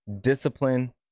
discipline